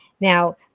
Now